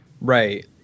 Right